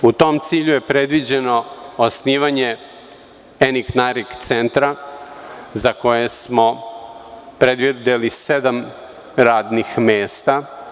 U tom cilju je predviđeno osnivanje Enic-Naric centra za koje smo predvideli sedam radnih mesta.